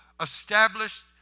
established